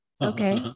Okay